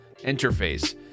interface